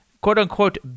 Quote-unquote